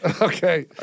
Okay